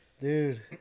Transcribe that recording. Dude